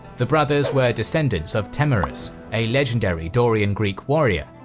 the brothers were descendents of temerus, a legendary dorian greek warrior,